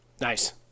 Nice